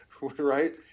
Right